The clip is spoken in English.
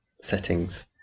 settings